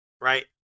right